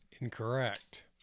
Incorrect